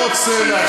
אני לא רוצה,